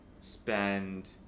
spend